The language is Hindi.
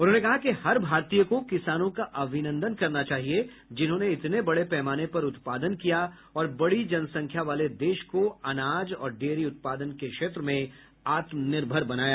उन्होंने कहा कि हर भारतीय को किसानों का अभिनन्दन करना चाहिए जिन्होंने इतने बड़े पैमाने पर उत्पादन किया और बड़ी जनसंख्या वाले देश को अनाज और डेयरी उत्पादन के क्षेत्र में आत्मनिर्भर बनाया